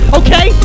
okay